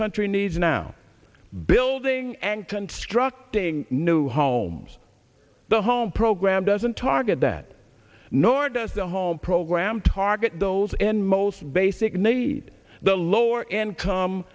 country needs are now building and constructing new homes the home program doesn't target that nor does the home program target those in most basic need the lower income